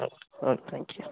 हो thank you